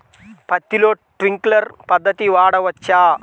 పత్తిలో ట్వింక్లర్ పద్ధతి వాడవచ్చా?